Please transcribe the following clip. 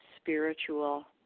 spiritual